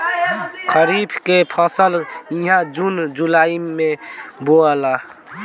खरीफ के फसल इहा जून जुलाई में बोआला